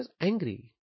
angry